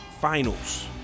Finals